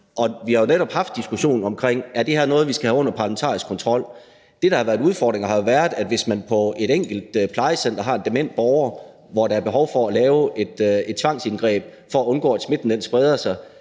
vi har jo netop haft diskussionen omkring, om det her er noget, vi skal have under parlamentarisk kontrol. Det, der har været udfordringen, har jo været, at hvis man på et enkelt plejecenter har en dement borger, hvor der er behov for at lave et tvangsindgreb for at undgå, at smitten spreder sig,